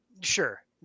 Sure